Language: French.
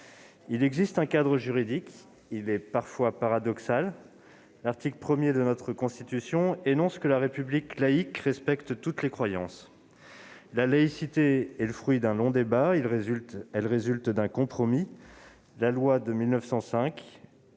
? Un cadre juridique existe. Il est parfois paradoxal. L'article 1 de notre Constitution énonce que la République laïque respecte toutes les croyances. La laïcité est le fruit d'un long débat. Elle résulte d'un compromis. La loi de 1905,